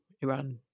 Iran